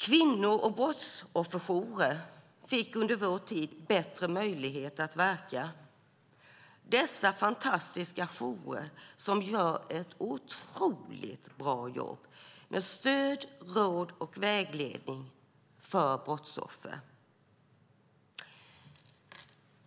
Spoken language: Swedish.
Kvinno och brottsofferjourer fick bättre möjlighet att verka under vår tid. Dessa fantastiska jourer gör ett otroligt bra jobb med stöd, råd och vägledning för brottsoffer.